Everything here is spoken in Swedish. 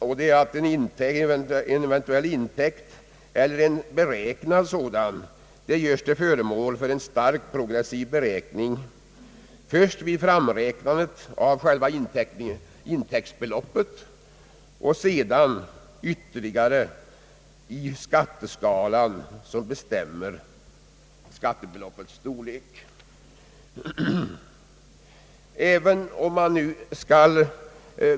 Den innebär att en eventuell intäkt, eller en beräknad intäkt, skall göras till föremål för en starkt progressiv beskattning, först vid framräknandet av själva intäktsbeloppet och sedan ytterligare i skatteskalan som bestämmer skattebeloppets storlek.